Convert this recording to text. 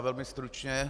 Velmi stručně.